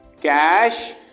cash